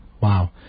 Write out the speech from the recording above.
Wow